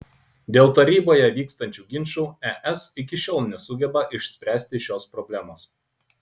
dėl taryboje vykstančių ginčų es iki šiol nesugeba išspręsti šios problemos